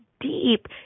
deep